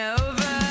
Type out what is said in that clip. over